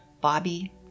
Bobby